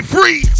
Free